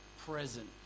present